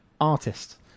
artist